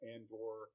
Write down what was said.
Andor